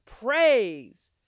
praise